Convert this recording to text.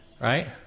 Right